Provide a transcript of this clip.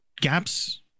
Gaps